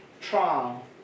trial